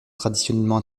traditionnellement